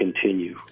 continue